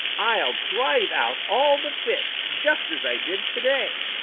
i'll drive out all the fish, just as i did to-day.